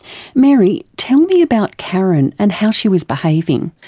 mary, tell me about karen and how she was behaving.